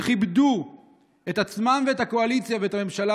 שכיבדו את עצמם ואת הקואליציה ואת הממשלה